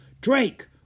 Drake